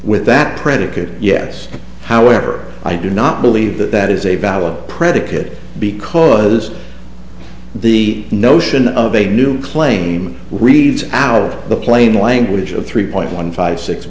with that predicate yes however i do not believe that that is a valid predicate because the notion of a new claim reads out of the plain language of three point one five six